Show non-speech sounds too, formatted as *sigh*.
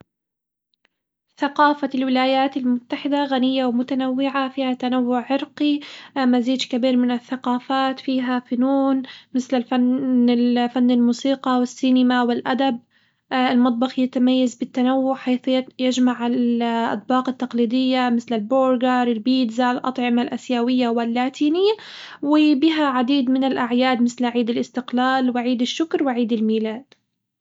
ثقافة الولايات المتحدة غنية ومتنوعة، فيها تنوع عرقي *hesitation* مزيج كبير من الثقافات فيها فنون مثل الفن الفن الموسيقى والسينما والأدب *hesitation* المطبخ يتميز بالتنوع، حيث يجمع ال *hesitation* الأطباق التقليدية مثل البرجر، البيتزا، الأطعمة الآسيوية واللاتينية، وبها عديد من الأعياد مثل عيد الاستقلال وعيد الشكر وعيد الميلاد.